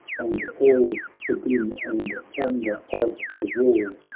and all the din and thunder of the war!